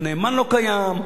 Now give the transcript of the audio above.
הנאמן לא קיים,